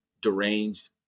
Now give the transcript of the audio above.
deranged